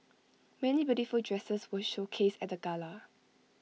many beautiful dresses were showcased at the gala